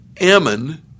Ammon